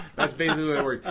that's basically